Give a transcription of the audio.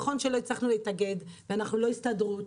נכון שלא הצלחנו להתאגד ואנחנו לא הסתדרות,